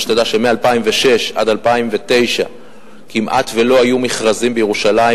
שתדע שמ-2006 עד 2009 כמעט שלא היו מכרזים בירושלים,